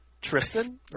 Tristan